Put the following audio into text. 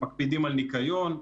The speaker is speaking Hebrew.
מקפידים על ניקיון,